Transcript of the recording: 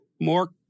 more